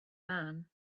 man